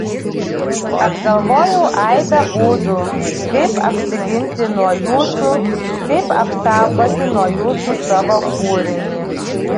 apgalvojau aibę būdų kaip apsiginti nuo jūsų kaip apsaugoti nuo jūsų savo kūrinį